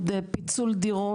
פיצול דירות.